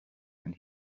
and